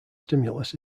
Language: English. stimulus